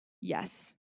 Yes